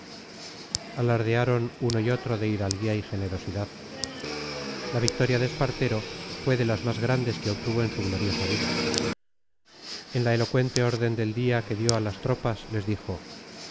alardearon uno y otro de hidalguía y generosidad la victoria de espartero fue de las más grandes que obtuvo en su gloriosa vida en la elocuente orden del día que dio a las tropas les dijo